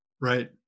Right